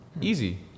Easy